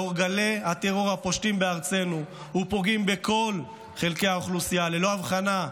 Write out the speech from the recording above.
לאור גלי הטרור הפושטים בארצנו ופוגעים בכל חלקי האוכלוסייה ללא הבחנה,